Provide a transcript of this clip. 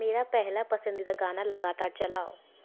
मेरा पहला पसंदीदा गाना लगातार चलाओ